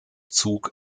zug